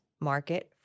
market